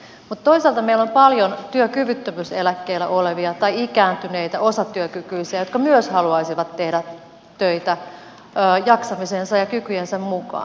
mutta toisaalta meillä on paljon työkyvyttömyyseläkkeellä olevia tai ikääntyneitä osatyökykyisiä jotka myös haluaisivat tehdä töitä jaksamisensa ja kykyjensä mukaan